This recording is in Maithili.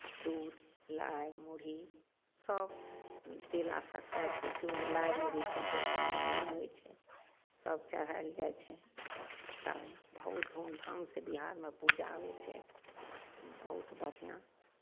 दूध लाइ मुरहीसभ तिला सङ्क्रान्ति होइ छै ओहिमे लाइ मुरही चढ़बै छै नेमान होइ छै सभ चढ़ायल जाइ छै सभ बहुत धूमधामसँ बिहारमे पूजा होइ छै बहुत बढ़िआँ